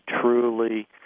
truly